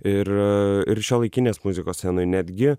ir ir šiuolaikinės muzikos scenoj netgi